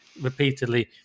repeatedly